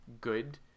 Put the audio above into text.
good